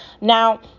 Now